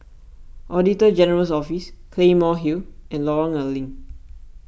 Auditor General's Office Claymore Hill and Lorong A Leng